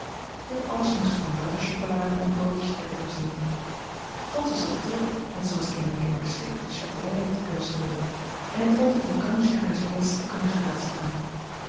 dit alles moest van waterchocolade en broodjes worden voorzien francis had het druk maar zij was kennelijk in haar schik de chatelaire te kunnen spelen en ik vond het een kansje haar zoo eens te kunnen